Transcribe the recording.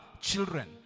children